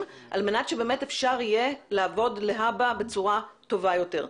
על מנת שבאמת אפשר יהיה לעבוד להבא בצורה טובה יותר.